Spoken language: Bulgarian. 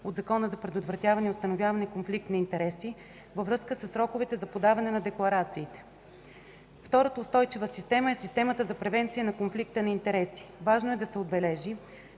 от Закона за предотвратяване и установяване на конфликт на интереси във връзка със сроковете за подаване на декларациите. Втората устойчива система е системата за превенция на конфликта на интереси. Важно е да се отбележи,